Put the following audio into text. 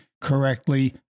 correctly